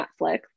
Netflix